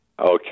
Okay